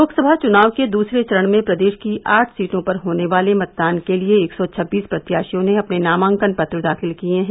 लोकसभा चुनाव के दूसरे चरण में प्रदेश की आठ सीटों पर होने वाले मतदान के लिए एक सौ छब्बीस प्रत्याशियों ने अपने नामांकन पत्र दाखिल किये हैं